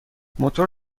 موتور